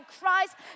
Christ